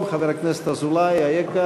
נמנעים.